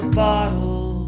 bottle